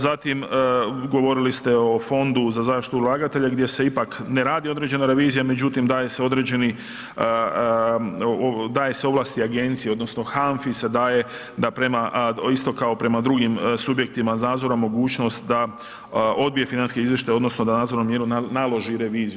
Zatim, govorili ste o fondu za zaštitu ulagatelja gdje se ipak ne radi određena revizija, međutim, daje se određeni, daje se ovlasti agenciji, odnosno HANFA-i se daje da prema isto kao prema drugim subjektima nadzornu mogućnost da odbije financijski izvještaj, odnosno da nadzornu mjeru naloži reviziju.